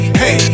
hey